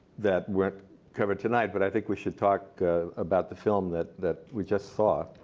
that we'll cover tonight. but i think we should talk about the film that that we just saw.